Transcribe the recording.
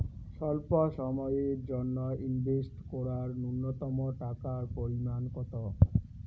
স্বল্প সময়ের জন্য ইনভেস্ট করার নূন্যতম টাকার পরিমাণ কত?